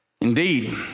Indeed